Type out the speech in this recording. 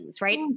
right